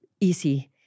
easy